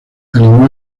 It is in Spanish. animó